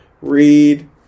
read